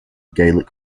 gaelic